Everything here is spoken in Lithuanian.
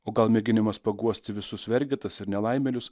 o gal mėginimas paguosti visus vergetas ir nelaimėlius